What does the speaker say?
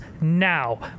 now